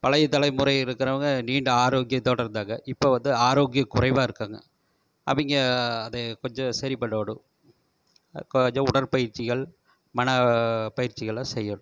பழைய தலைமுறை இருக்கிறவுங்க நீண்ட ஆரோக்கியத்தோடு இருந்தாங்க இப்போ வந்து ஆரோக்கியம் குறைவாக இருக்காங்க அவங்க அதை கொஞ்சம் சரி பண்ணணும் கொஞ்சம் உடற்பயிற்சிகள் மனப் பயிற்சிகளை செய்யணும்